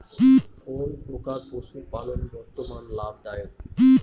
কোন প্রকার পশুপালন বর্তমান লাভ দায়ক?